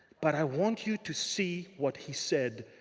but i want you to see what he said,